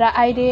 र अहिले